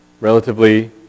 relatively